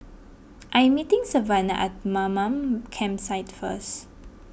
I am meeting Savana at Mamam Campsite first